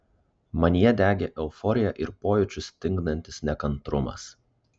manyje degė euforija ir pojūčius stingdantis nekantrumas